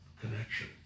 connection